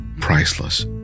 priceless